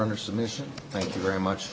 under submission thank you very much